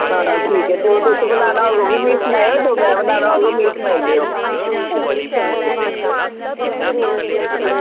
आं ठीक ऐ जे तुसें बनाना होग मिगी ओह् बी मिगी सनायो ते जो किश बनाना होग ओह्बी मिगी सनायो